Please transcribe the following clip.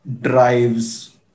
drives